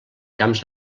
camps